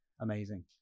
amazing